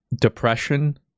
depression